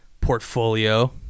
portfolio